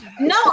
no